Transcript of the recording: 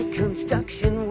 construction